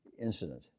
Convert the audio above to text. incident